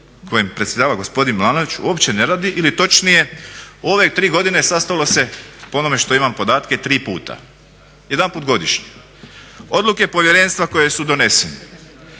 kojem predsjedava gospodin Milanović uopće ne radi ili točnije u ove tri godine sastalo se po onome što imam podatke tri puta, jedanput godišnje. Odluke povjerenstva koje su donesene,